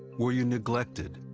were you neglected?